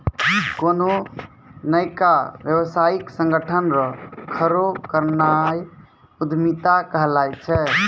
कोन्हो नयका व्यवसायिक संगठन रो खड़ो करनाय उद्यमिता कहलाय छै